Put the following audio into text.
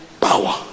power